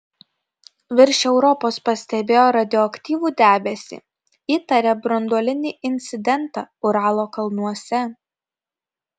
virš europos pastebėjo radioaktyvų debesį įtaria branduolinį incidentą uralo kalnuose